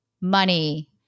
money